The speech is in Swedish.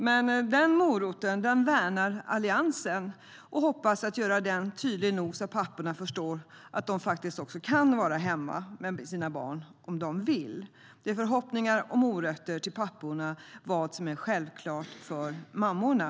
Men den moroten värnar Alliansen och hoppas att göra den tydlig nog så att papporna förstår att de också kan vara hemma med sina barn - om de vill. Det är förhoppningar och morötter till papporna för det som är självklart för mammorna.